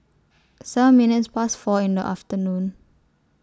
seven minutes Past four in The afternoon